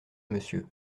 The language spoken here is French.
monsieur